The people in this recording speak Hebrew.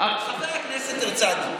חבר הכנסת הרצנו.